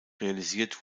realisiert